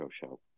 Show